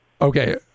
Okay